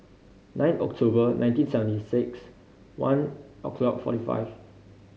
nine October nineteen seventy six one o'clock forty five